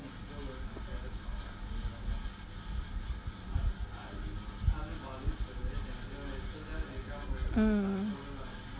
mm